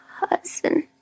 husband